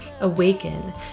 awaken